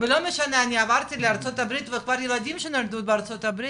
ולא משנה אני עברתי לארה"ב וכבר הילדים נולדו בארה"ב,